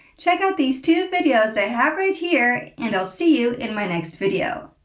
check out these two videos i have right here, and i'll see you in my next video.